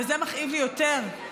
וזה מכאיב לי יותר,